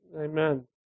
Amen